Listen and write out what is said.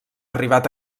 arribat